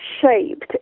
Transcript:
shaped